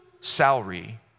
salary